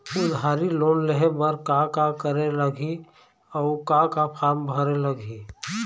उधारी लोन लेहे बर का का करे लगही अऊ का का फार्म भरे लगही?